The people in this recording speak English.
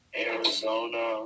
Arizona